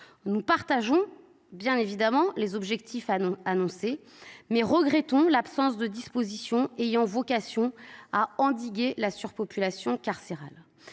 Nous partageons bien évidemment cet objectif, mais nous regrettons l'absence de dispositions ayant vocation à endiguer la surpopulation carcérale.